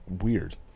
weird